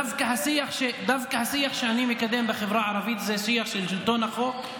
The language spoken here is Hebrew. דווקא השיח שאני מקדם בחברה הערבית זה שיח של שלטון החוק,